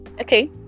okay